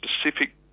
specific